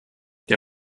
der